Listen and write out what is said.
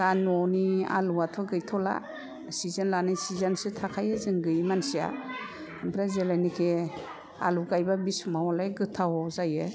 दा न'नि आलुवाथ' गैथ'ला सिजेन लायै सिजेन सो थाखायो जों गैयै मानसिया ओमफ्राय जेलानाखि आलु गायबा बे समावलाय गोथाव जायो